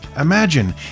Imagine